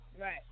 right